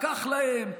לקח להם,